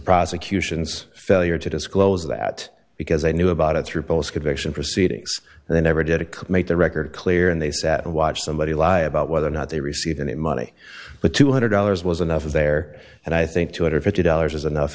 prosecution's failure to disclose that because i knew about it through post conviction proceedings and they never did it could make the record clear and they sat and watched somebody lie about whether or not they received any money but two hundred dollars was enough there and i think two hundred and fifty dollars is enough